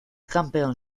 campeón